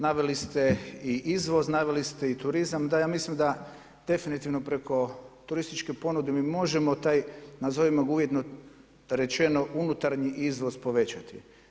Naveli ste i izvoz, naveli ste i turizam, da ja mislim, da definitivno, preko turističke ponude mi možemo, taj, nazovimo ga uvjetno rečeno, unutarnji izvoz, povećati.